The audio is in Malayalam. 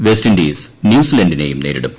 വെസ്റ്റ് ഇൻഡീസ് ന്യൂസിലാന്റിനെയും നേരിടും